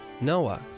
Noah